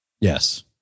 Yes